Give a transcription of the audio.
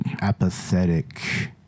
Apathetic